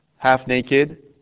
half-naked